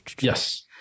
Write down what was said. Yes